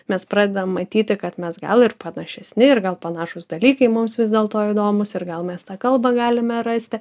mes pradedam matyti kad mes gal ir panašesni ir gal panašūs dalykai mums vis dėlto įdomūs ir gal mes tą kalbą galime rasti